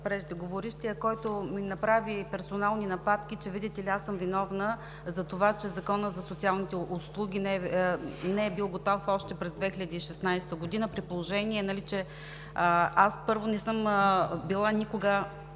преждеговорившия, който ми направи персонални нападки, че, видите ли, аз съм виновна за това, че Законът за социалните услуги не е бил готов още през 2016 г., при положение, че аз, първо, не съм била никога